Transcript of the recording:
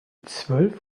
zwölf